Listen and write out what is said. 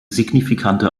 signifikante